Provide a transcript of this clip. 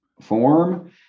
form